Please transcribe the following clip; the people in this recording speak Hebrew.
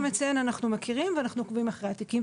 מציין אנחנו מכירים ואנחנו עוקבים אחרי התיקים,